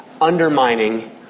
undermining